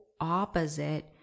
opposite